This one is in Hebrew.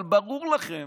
אבל ברור לכם